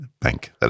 bank